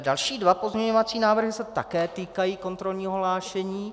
Další dva pozměňovací návrhy se také týkají kontrolního hlášení.